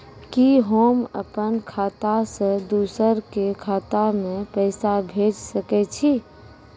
कि होम अपन खाता सं दूसर के खाता मे पैसा भेज सकै छी?